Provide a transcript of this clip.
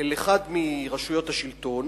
אל אחת מרשויות השלטון